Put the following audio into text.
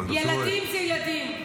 ילדים זה ילדים.